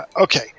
Okay